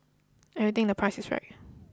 and we think the price is right